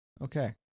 Okay